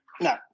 No